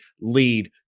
lead